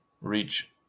reach